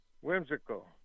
whimsical